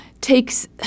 takes